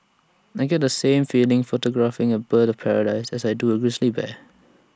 I get the same feeling photographing A bird of paradise as I do A grizzly bear